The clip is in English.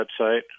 website